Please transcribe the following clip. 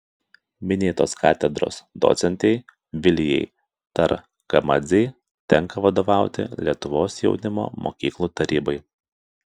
minėtos katedros docentei vilijai targamadzei tenka vadovauti lietuvos jaunimo mokyklų tarybai